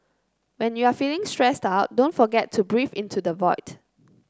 when you are feeling stressed out don't forget to breathe into the void